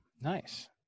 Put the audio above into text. nice